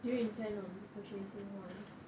do you intend on purchasing [one]